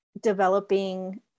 developing